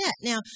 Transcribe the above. Now